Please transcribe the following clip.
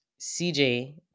CJ